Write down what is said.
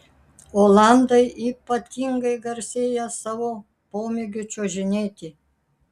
olandai ypatingai garsėja savo pomėgiu čiuožinėti